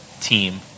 team